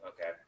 okay